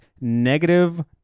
negative